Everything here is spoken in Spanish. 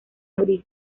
abrir